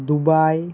Dubai